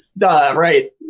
Right